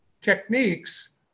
techniques